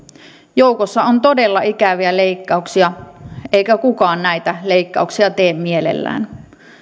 joukossa on todella ikäviä leikkauksia eikä kukaan näitä leikkauksia tee mielellään